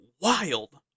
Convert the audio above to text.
wild